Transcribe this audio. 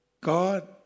God